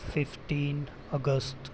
fifteen August